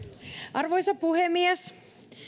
arvoisa puhemies